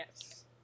yes